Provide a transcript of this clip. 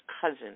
cousin